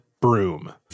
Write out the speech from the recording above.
broom